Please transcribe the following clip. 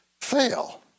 fail